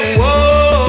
whoa